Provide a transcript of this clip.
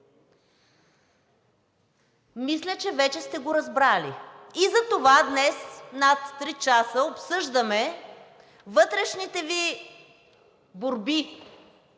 мисля, че вече сте го разбрали. И затова днес над три часа обсъждаме вътрешните Ви борби